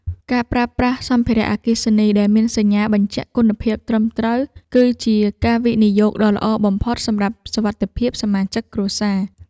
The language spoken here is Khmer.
ការប្រើប្រាស់សម្ភារៈអគ្គិសនីដែលមានសញ្ញាបញ្ជាក់គុណភាពត្រឹមត្រូវ គឺជាការវិនិយោគដ៏ល្អបំផុតសម្រាប់សុវត្ថិភាពសមាជិកគ្រួសារ។